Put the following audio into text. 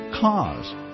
cause